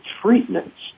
treatments